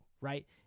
right